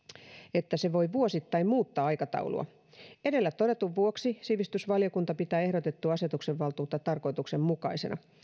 että se voi vuosittain muuttaa aikataulua edellä todetun vuoksi sivistysvaliokunta pitää ehdotettua asetuksenantovaltuutta tarkoituksenmukaisena